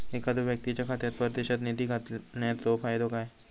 एखादो व्यक्तीच्या खात्यात परदेशात निधी घालन्याचो फायदो काय?